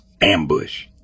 Ambush